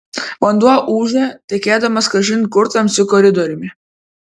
vanduo ūžė tekėdamas kažin kur tamsiu koridoriumi